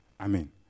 Amen